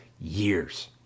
Years